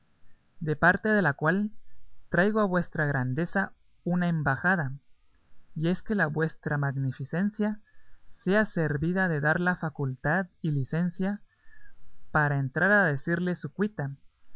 de parte de la cual traigo a vuestra grandeza una embajada y es que la vuestra magnificencia sea servida de darla facultad y licencia para entrar a decirle su cuita